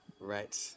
Right